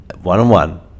one-on-one